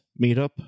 meetup